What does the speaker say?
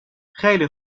خیلی